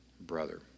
brother